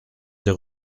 des